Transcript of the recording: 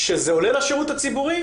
כשזה עולה לשירות הציבורי